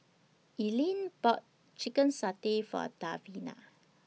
Ellyn bought Chicken Satay For Davina